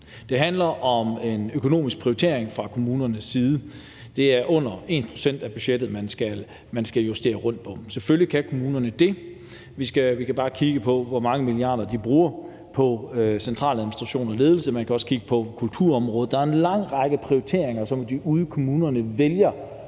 Det handler om en økonomisk prioritering fra kommunernes side. Det er under 1 pct. af budgettet, man skal justere rundt på. Selvfølgelig kan kommunerne det. Vi kan bare kigge på, hvor mange milliarder de bruger på centraladministration og ledelse. Man kan også kigge på kulturområdet; der er en lang række prioriteringer, som de ude i kommunerne vælger